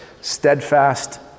steadfast